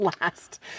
last